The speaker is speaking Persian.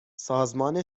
سازمان